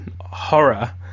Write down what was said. horror